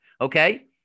Okay